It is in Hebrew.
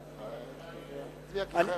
כי חייבים,